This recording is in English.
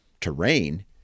terrain